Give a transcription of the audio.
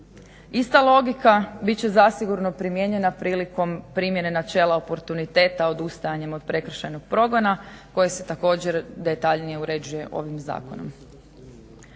Ista logika bit će zasigurno primijenjena prilikom primijene načela oportuniteta odustajanjem od prekršajnog progona koje se također detaljnije uređuje ovim zakonom.